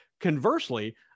Conversely